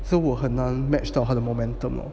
so 我很难 match 到他的 momentum lor